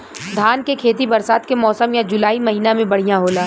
धान के खेती बरसात के मौसम या जुलाई महीना में बढ़ियां होला?